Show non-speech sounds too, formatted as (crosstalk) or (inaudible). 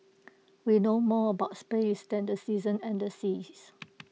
we know more about space than the seasons and the seas (noise)